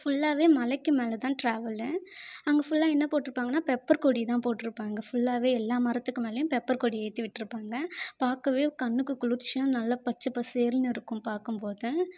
ஃபுல்லாகவே மலைக்கு மேல தான் ட்ராவல்லு அங்கே ஃபுல்லாக என்ன போட்டுருப்பாங்கன்னா பெப்பர்கொடி தான் போட்டுருப்பாங்க ஃபுல்லாகவே எல்லாம் மரத்துக்கு மேலேயும் பெப்பர்கொடி ஏற்றி விட்டுருப்பாங்க பார்க்கவே கண்ணுக்கு குளிர்ச்சியாக நல்ல பச்சை பசேல்னு இருக்கும் பார்க்கும்போது